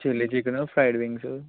chilli chicken fried wings